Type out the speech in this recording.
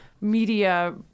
media